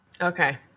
Okay